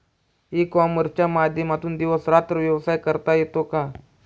E कॉमर्सच्या माध्यमातून दिवस रात्र व्यवसाय करता येतो का?